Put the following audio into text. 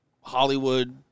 hollywood